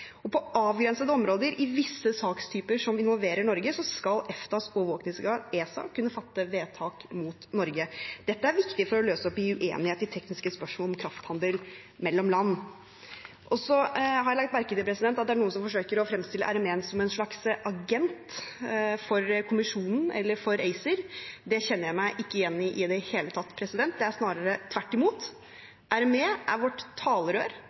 På avgrensede områder, i visse sakstyper som involverer Norge, skal EFTAs overvåkingsorgan ESA kunne fatte vedtak mot Norge. Dette er viktig for å løse opp i uenighet i tekniske spørsmål om krafthandel mellom land. Jeg har lagt merke til at det er noen som forsøker å fremstille RME som en slags agent for kommisjonen eller for ACER. Det kjenner jeg meg ikke igjen i i det hele tatt. Det er snarere tvert imot. RME er vårt talerør